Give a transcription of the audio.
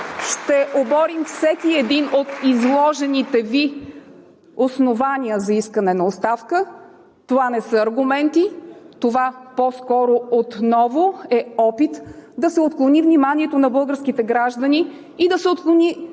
Ще оборим всяко един от изложените Ви основания за искане на оставка. Това не са аргументи, това по-скоро отново е опит да се отклони вниманието на българските граждани и да се отклони